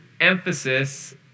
emphasis